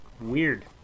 Weird